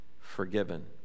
forgiven